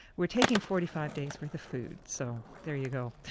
we're taking forty five days worth of food, so there you go.